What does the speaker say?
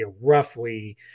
roughly